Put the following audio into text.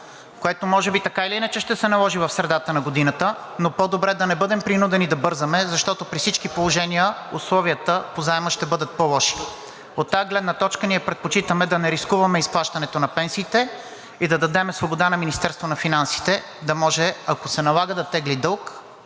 което може би така или иначе ще се наложи в средата на годината. Но по-добре да не бъдем принудени да бързаме, защото при всички положения условията по заема ще бъдат по-лоши. От тази гледна точка ние предпочитаме да не рискуваме изплащането на пенсиите и да дадем свобода на Министерството на финансите да може, ако се налага да тегли дълг,